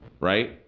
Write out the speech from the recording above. right